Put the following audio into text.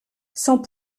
sans